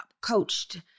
coached